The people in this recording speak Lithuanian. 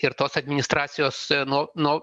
ir tos administracijos nu nu